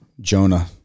Jonah